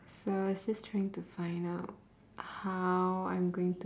so I was just trying to find out how I'm going to